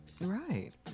Right